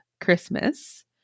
Christmas